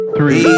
Three